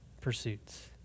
pursuits